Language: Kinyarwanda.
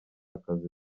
akazi